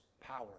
power